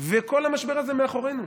וכל המשבר הזה מאחורינו.